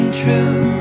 true